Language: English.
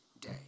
day